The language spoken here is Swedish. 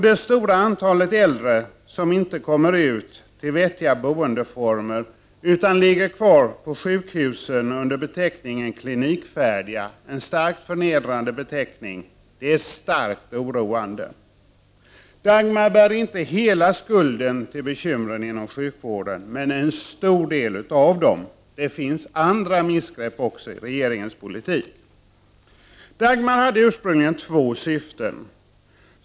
Det stora antalet äldre som inte kommer ut till vettiga boendeformer utan ligger kvar på sjukhusen under beteckningen klinikfärdiga, en starkt förnedrande beteckning, är starkt oroande. Dagmar bär inte hela skulden till bekymren inom sjukvården — men en stor del av dem. Det finns också andra missgrepp i regeringens politik. Dagmar hade ursprungligen två syften.